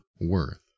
worth